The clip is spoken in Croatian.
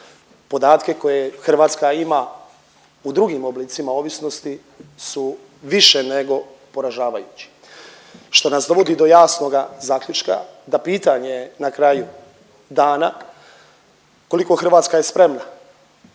podatke koje Hrvatska ima u drugim oblicima ovisnosti su više nego poražavajući što nas dovodi do jasnoga zaključka da pitanje na kraju dana koliko Hrvatska je spremna